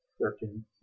Thirteen